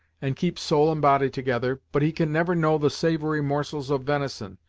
and keep soul and body together, but he can never know the savory morsels of venison,